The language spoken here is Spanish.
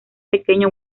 pequeño